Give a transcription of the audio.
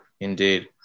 indeed